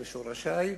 לשורשי.